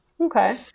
Okay